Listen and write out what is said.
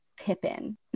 pippin